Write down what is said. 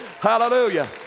Hallelujah